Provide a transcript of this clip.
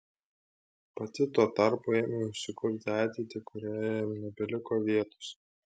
pati tuo tarpu ėmiausi kurti ateitį kurioje jam nebeliko vietos